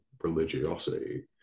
religiosity